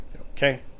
okay